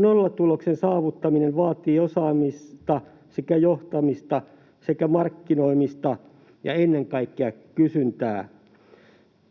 nollatuloksen saavuttaminen vaatii osaamista, johtamista sekä markkinoimista — ja ennen kaikkea kysyntää.